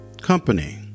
Company